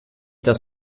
das